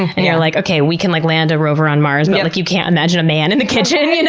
and you're like, okay, we can like land a rover on mars, but like you can't imagine a man in the kitchen? and you know